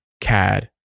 CAD